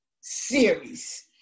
series